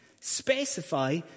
specify